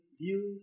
views